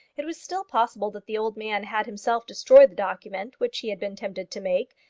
it was still possible that the old man had himself destroyed the document which he had been tempted to make,